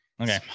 Okay